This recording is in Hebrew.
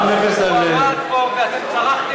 הוא עמד פה ואתם צרחתם עליו.